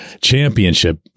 championship